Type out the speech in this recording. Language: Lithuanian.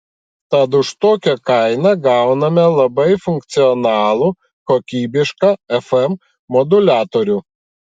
tad už tokią kainą gauname labai funkcionalų kokybišką fm moduliatorių